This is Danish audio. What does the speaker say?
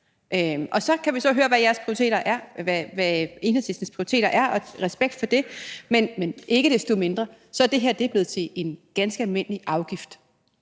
Vi kan så høre, hvad Enhedslistens prioriteter er – og respekt for det – men ikke desto mindre er det her blevet til en ganske almindelig afgift.